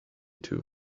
too